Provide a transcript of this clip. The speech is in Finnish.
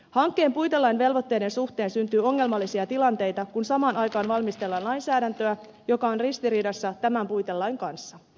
hankkeen puitelain velvoitteiden suhteen syntyy ongelmallisia tilanteita kun samaan aikaan valmistellaan lainsäädäntöä joka on ristiriidassa tämän puitelain kanssa